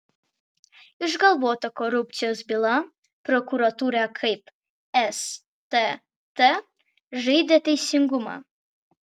išgalvota korupcijos byla prokuratūroje kaip stt žaidė teisingumą